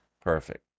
perfect